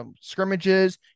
scrimmages